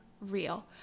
real